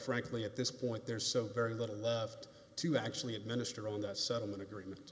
frankly at this point there's so very little left to actually administer on the settlement agreement